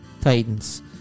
Titans